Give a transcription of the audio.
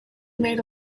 made